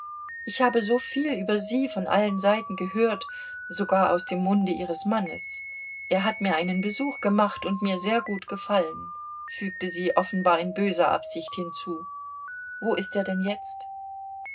ich habe soviel über sie von allen seiten gehört sogar aus dem munde ihres mannes er hat mir einen besuch gemacht und mir sehr gut gefallen fügte sie offenbar in böser absicht hinzu wo ist er denn jetzt